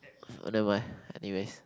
nevermind anyways